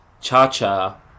Cha-Cha